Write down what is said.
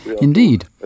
Indeed